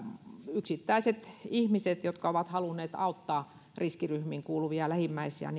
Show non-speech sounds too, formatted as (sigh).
yksittäiset ihmiset jotka ovat halunneet auttaa riskiryhmiin kuuluvia lähimmäisiään (unintelligible)